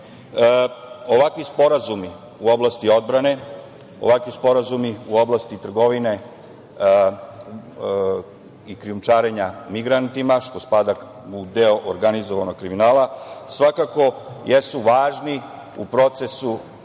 ovakvi sporazumi u oblasti odbrane, ovakvi sporazumi u oblasti trgovine i krijumčarenja migrantima, što spada u deo organizovanog kriminala, svakako jesu važni u procesu